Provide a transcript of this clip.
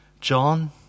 John